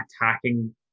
attacking